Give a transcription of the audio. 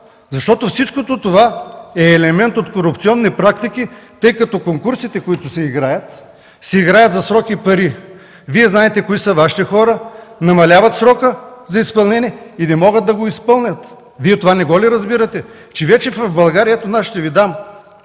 това? Всичкото това е елемент от корупционни практики, тъй като конкурсите, които се играят, се играят за срок и пари. Вие знаете кои са Вашите хора, намаляват срока за изпълнение и не могат да го изпълнят. Вие това не го ли разбирате? Ще Ви дам да видите,